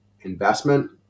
investment